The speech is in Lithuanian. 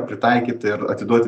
pritaikyti ir atiduoti